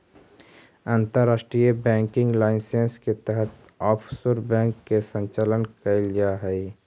अंतर्राष्ट्रीय banking licence के तहत ऑफशोर बैंक के संचालन कैल जा हइ